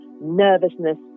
nervousness